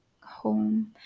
home